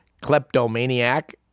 kleptomaniac